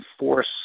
enforce